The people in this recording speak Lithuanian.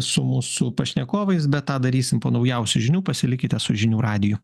su mūsų pašnekovais bet tą darysim po naujausių žinių pasilikite su žinių radiju